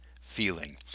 Feeling